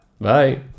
Bye